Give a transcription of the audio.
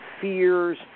fears